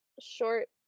short